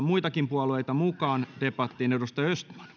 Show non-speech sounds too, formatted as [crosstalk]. [unintelligible] muitakin puolueita mukaan debattiin